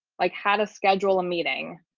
like how to schedule a meeting